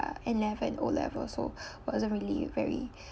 A level and O levels so wasn't really very